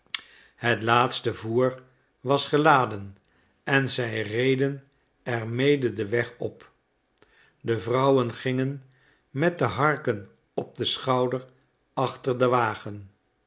het laatste voer was geladen en zij reden er mede den weg op de vrouwen gingen met de harken op den schouder achter den wagen